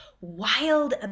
wild